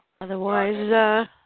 Otherwise